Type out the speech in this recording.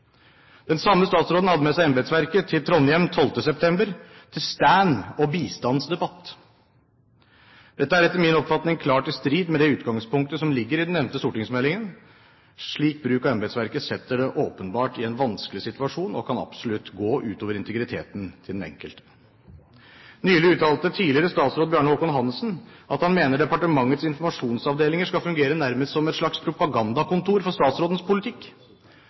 Den samme statsråden hadde med seg embetsverket til Trondheim 12. september til stand og bistandsdebatt. Dette er etter min oppfatning klart i strid med det som er utgangspunktet i den nevnte stortingsmeldingen. Slik bruk av embetsverket setter det åpenbart i en vanskelig situasjon, og kan absolutt gå ut over integriteten til den enkelte. Nylig uttalte tidligere statsråd Bjarne Håkon Hanssen at han mener departementets informasjonsavdelinger skal fungere nærmest som et slags propagandakontor for statsrådens politikk.